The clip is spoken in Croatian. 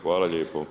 Hvala lijepo.